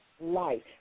life